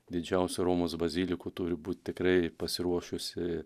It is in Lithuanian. didžiausių romos bazilikų turi būt tikrai pasiruošusi